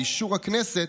באישור הכנסת,